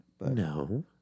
No